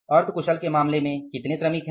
अर्ध कुशल के मामले में कितने श्रमिक है